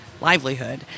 livelihood